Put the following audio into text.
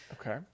Okay